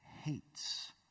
hates